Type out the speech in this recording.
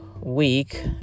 week